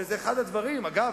אגב,